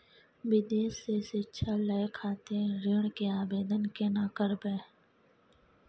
विदेश से शिक्षा लय खातिर ऋण के आवदेन केना करबे?